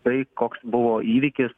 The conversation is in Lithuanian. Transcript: tai koks buvo įvykis